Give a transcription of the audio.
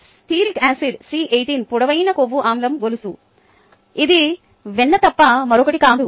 steric acid C18 పొడవైన కొవ్వు ఆమ్లం గొలుసు ఇది వెన్న తప్ప మరొకటి కాదు